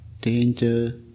danger